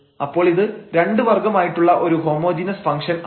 അപ്പോൾ ഇത് 2 വർഗ്ഗമായിട്ടുള്ള ഒരു ഹോമോജീനസ് ഫംഗ്ഷൻ ആണ്